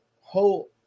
whole